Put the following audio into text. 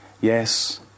Yes